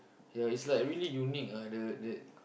ya it's like really unique ah the the